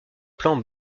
plan